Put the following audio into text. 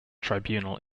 tribunal